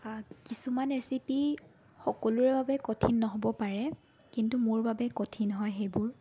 কিছুমান ৰেচিপি সকলোৰে বাবে কঠিন নহ'বও পাৰে কিন্তু মোৰ বাবে কঠিন হয় সেইবোৰ